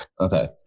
Okay